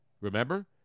remember